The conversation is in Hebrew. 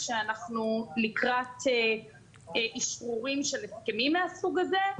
כשאנחנו לקראת אישרורים של הסכמים מהסוג הזה,